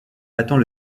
attend